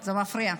זה מפריע.